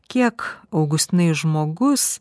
kiek augustinai žmogus